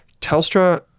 Telstra